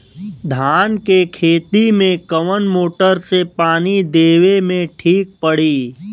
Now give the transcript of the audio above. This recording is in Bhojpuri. धान के खेती मे कवन मोटर से पानी देवे मे ठीक पड़ी?